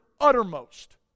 uttermost